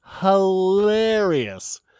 hilarious